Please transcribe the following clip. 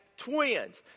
Twins